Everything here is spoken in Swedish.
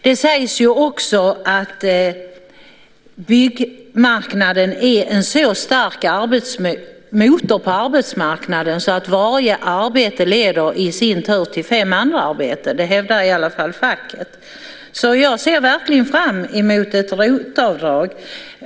Det sägs också att byggmarknaden är en så stark motor på arbetsmarknaden att varje arbete i sin tur leder till fem andra arbeten. Det hävdar i alla fall facket. Jag ser därför verkligen fram mot ett ROT-avdrag.